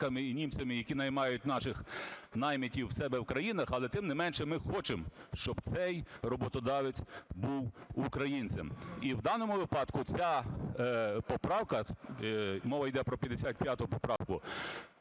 і німцями, які наймають наших наймитів у себе в країнах, але, тим не менше, ми хочемо, щоб цей роботодавець був українцем. І в даному випадку ця поправка (мова йде про 55 поправку)